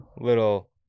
little